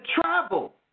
travel